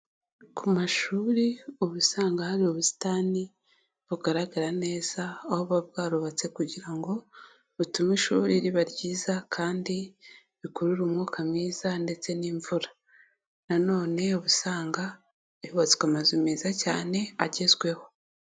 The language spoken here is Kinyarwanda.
Ku mashuri uba usanga hari ubusitani bugaragara neza aho buba bwarubatse kugira ngo butume ishuri riba ryiza kandi bikurure umwuka mwiza ndetse n'imvura, nanone uba usangahubatswe amazu meza cyane agezweho.